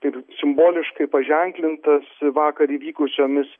ir simboliškai paženklintas vakar įvykusiomis